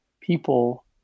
people